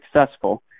successful